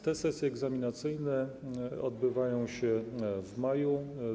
Te sesje egzaminacyjne odbywają się w maju.